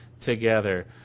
together